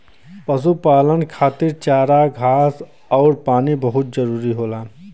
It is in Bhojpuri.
पशुपालन खातिर चारा घास आउर पानी बहुत जरूरी होला